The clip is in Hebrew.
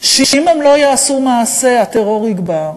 שאם הם לא יעשו מעשה, הטרור יגבר.